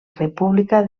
república